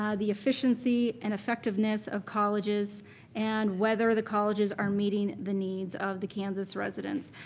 um the efficiency and effectiveness of colleges and whether the colleges are meeting the needs of the kansas residents.